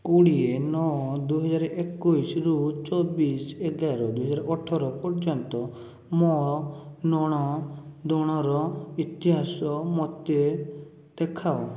କୋଡ଼ିଏ ନଅ ଦୁଇହଜାର ଏକୋଇଶରୁ ଚବିଶ ଏଗାର ଦୁଇହଜାର ଅଠର ପର୍ଯ୍ୟନ୍ତ ମୋ ନେଣ ଦେଣର ଇତିହାସ ମୋତେ ଦେଖାଅ